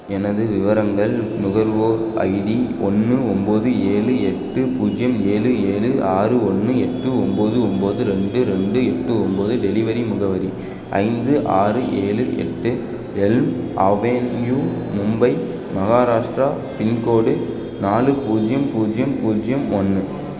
எனது விவரங்கள் நுகர்வோர் ஐடி ஒன்று ஒம்பது ஏழு எட்டு பூஜ்ஜியம் ஏழு ஏழு ஆறு ஒன்னு எட்டு ஒம்பது ஒம்பது ரெண்டு ரெண்டு எட்டு ஒம்பது டெலிவரி முகவரி ஐந்து ஆறு ஏழு எட்டு L avenue Mumbai Maharashtra pin code நாலு பூஜ்ஜியம் பூஜ்ஜியம் பூஜ்ஜியம் ஒன்று